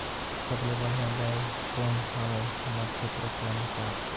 सबले बढ़िया गाय कौन हवे हमर क्षेत्र के अनुसार?